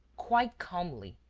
quite calmly,